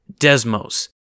Desmos